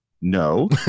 no